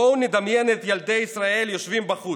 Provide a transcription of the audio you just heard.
בואו נדמיין את ילדי ישראל יושבים בחוץ.